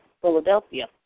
Philadelphia